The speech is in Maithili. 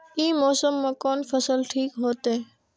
ई मौसम में कोन फसल ठीक होते?